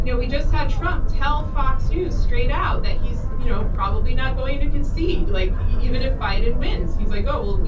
you know we just had trump tell fox news straight out that he's you know probably not going to concede, like even if biden wins. he's like, oh, well,